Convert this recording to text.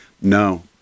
No